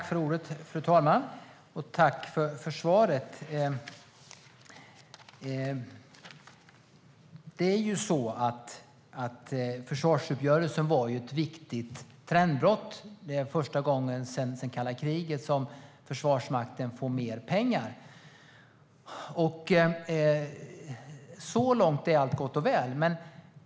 Fru talman! Jag tackar försvarsministern för svaret. Försvarsuppgörelsen var ett viktigt trendbrott. Det är första gången sedan kalla kriget som Försvarsmakten får mer pengar. Så långt är allt gott och väl.